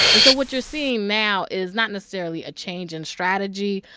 and so what you're seeing now is not necessarily a change in strategy,